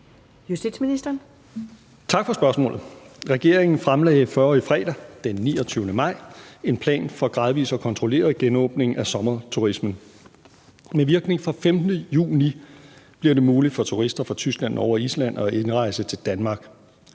Tak for spørgsmålet. Regeringen fremlagde forrige fredag, den 29. maj, en plan for gradvis og kontrolleret genåbning af sommerturismen. Med virkning fra den 15. juni bliver det muligt for turister fra Tyskland, Norge og Island at indrejse til Danmark.